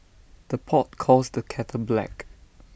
the pot calls the kettle black